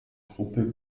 gruppe